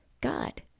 God